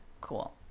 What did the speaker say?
cool